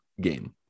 game